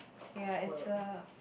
ya it's a